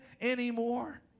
anymore